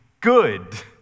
good